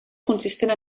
consistent